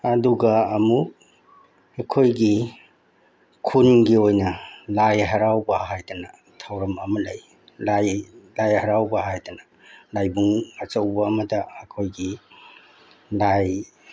ꯑꯗꯨꯒ ꯑꯃꯨꯛ ꯑꯩꯈꯣꯏꯒꯤ ꯈꯨꯟꯒꯤ ꯑꯣꯏꯅ ꯂꯥꯏ ꯍꯔꯥꯎꯕ ꯍꯥꯏꯗꯅ ꯊꯧꯔꯝ ꯑꯃ ꯂꯩ ꯂꯥꯏ ꯂꯥꯏ ꯍꯔꯥꯎꯕ ꯍꯥꯏꯗꯅ ꯂꯥꯏꯕꯨꯡ ꯑꯆꯧꯕ ꯑꯃꯗ ꯑꯩꯈꯣꯏꯒꯤ ꯂꯥꯏ